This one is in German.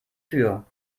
für